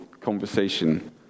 conversation